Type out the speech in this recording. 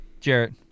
Jarrett